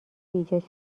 ایجاد